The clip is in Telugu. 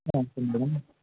అంతే మ్యాడమ్